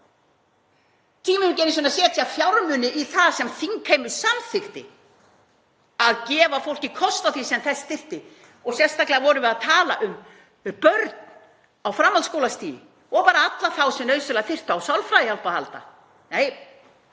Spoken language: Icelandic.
einu sinni að setja fjármuni í það sem þingheimur samþykkti, að gefa fólki kost á því sem þess þyrfti. Sérstaklega vorum við að tala um börn á framhaldsskólastigi og bara alla þá sem nauðsynlega þurfa á sálfræðihjálp að halda. Nei,